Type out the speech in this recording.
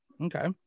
Okay